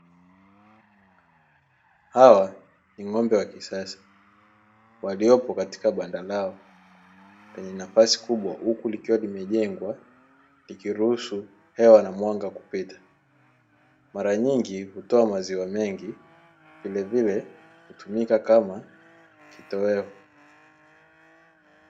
Hawa ni ngo’ombe wa kisasa waliopo katika banda lao lenye nafasi kubwa, huku likiwa limejengwa likiruhusu hewa na mwanga kupita. Mara nyingi hutoa maziwa mengi vilevile hutumika kama kitoweo.